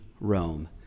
Rome